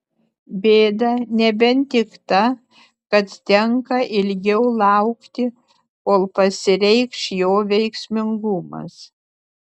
bėda nebent tik ta kad tenka ilgiau laukti kol pasireikš jo veiksmingumas